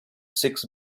six